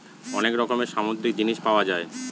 অনেক রকমের সামুদ্রিক জিনিস পাওয়া যায়